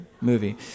movie